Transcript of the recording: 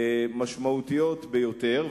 משמעותיות ביותר.